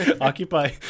occupy